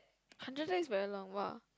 hundred days very long !wah!